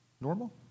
Normal